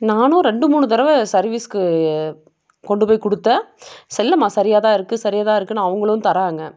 நானும் ரெண்டு மூணு தடவ சர்விஸ்க்கு கொண்டு போய் கொடுத்தேன் செல்லமாக சரியாக தான் இருக்குது சரியாக தான் இருக்குதுனு அவங்களும் தராங்க